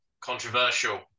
Controversial